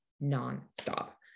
non-stop